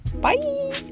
Bye